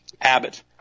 Abbott